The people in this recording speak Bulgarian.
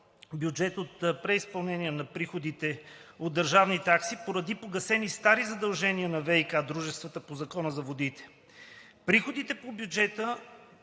бюджет от преизпълнение на приходите от държавни такси поради погасени стари задължения на ВиК дружествата по Закона за водите. Приходите по бюджетите